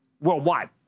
worldwide